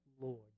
Lord